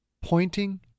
Pointing